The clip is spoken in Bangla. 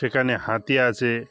সেখানে হাতি আছে